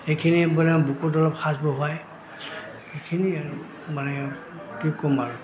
সেইখিনি মানে বুকুত অলপ সাজ বহুৱায় সেইখিনি আৰু মানে কি ক'ম আৰু